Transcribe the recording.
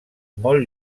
molt